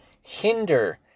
hinder